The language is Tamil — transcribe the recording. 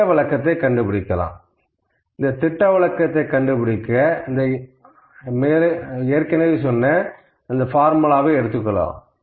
திட்ட விலக்கத்தை கண்டுபிடிக்கலாம் இதற்கு இரண்டாவது சூத்திரத்தை எடுத்துக்கொள்ளலாம்